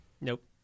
Nope